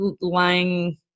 lying